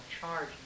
charge